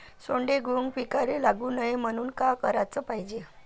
सोंडे, घुंग पिकाले लागू नये म्हनून का कराच पायजे?